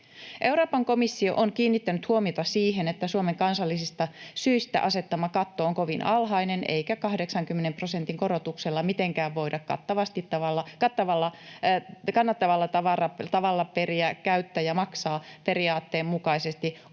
Euroopan komissio on kiinnittänyt huomiota siihen, että Suomen kansallisista syistä asettama katto on kovin alhainen eikä 80 prosentin korotuksella mitenkään voida kannattavalla tavalla periä käyttäjä maksaa ‑periaatteen mukaisesti osaa